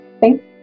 thanks